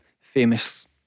famous